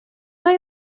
های